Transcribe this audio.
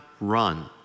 run